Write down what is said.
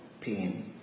pain